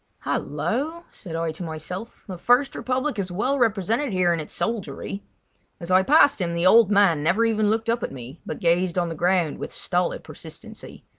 hallo! said i to myself the first republic is well represented here in its soldiery as i passed him the old man never even looked up at me, but gazed on the ground with stolid persistency.